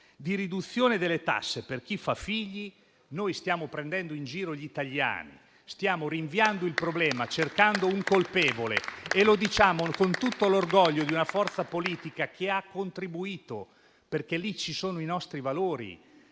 una riduzione delle tasse per chi fa figli, stiamo prendendo in giro gli italiani. Stiamo rinviando il problema cercando un colpevole e lo diciamo con tutto l'orgoglio di una forza politica che ha contribuito - perché lì ci sono i nostri valori